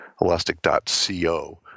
Elastic.co